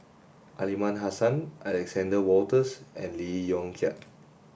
Aliman Hassan Alexander Wolters and Lee Yong Kiat